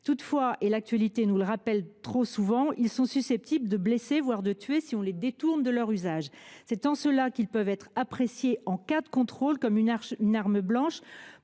Toutefois – l’actualité nous le rappelle trop souvent –, ils sont susceptibles de blesser, voire de tuer, si on les détourne de leur usage. C’est en cela qu’ils peuvent être appréciés, en cas de contrôle, comme des armes blanches